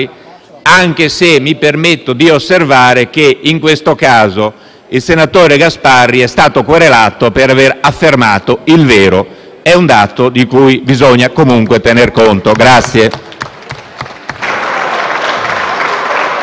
anche se mi permetto di osservare che in questo caso il senatore Gasparri è stato querelato per aver affermato il vero. È un dato di cui bisogna comunque tener conto.